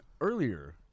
earlier